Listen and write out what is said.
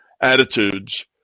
attitudes